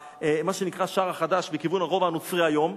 שנקרא השער החדש בכיוון הרובע הנוצרי היום,